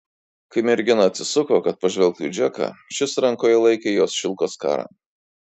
kai mergina atsisuko kad pažvelgtų į džeką šis rankoje laikė jos šilko skarą